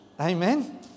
amen